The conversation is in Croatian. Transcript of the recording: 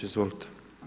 Izvolite.